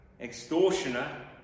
extortioner